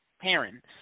parents